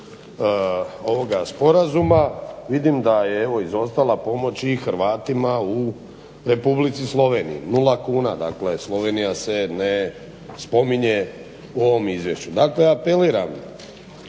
ovoga sporazuma vidim da je evo izostala pomoć i Hrvatima u Republici Sloveniji, 0 kuna. Dakle Slovenija se ne spominje u ovom izvješću. Dakle apeliram